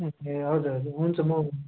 ए हजुर हजुर हुन्छ म